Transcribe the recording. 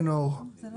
כן, אור מלכי.